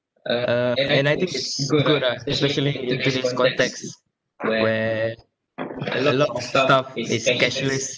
uh and I think it's good ah especially in today's context where a lot of stuff is cashless